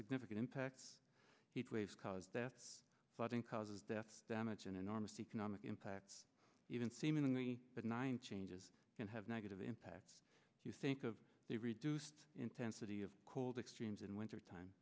significant impacts heat waves cause deaths flooding causes death damage and enormous economic impacts even seemingly benign changes can have negative impacts do you think of the reduced intensity of cold extremes in winter time